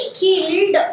killed